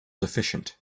deficient